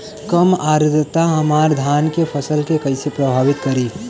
कम आद्रता हमार धान के फसल के कइसे प्रभावित करी?